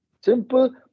simple